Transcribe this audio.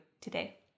today